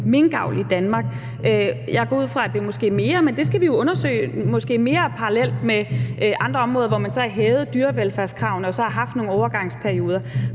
minkavl i Danmark. Jeg går ud fra, at det måske mere – men det skal vi jo undersøge – er parallelt med andre områder, hvor man har hævet dyrevelfærdskravene og så har haft nogle overgangsperioder.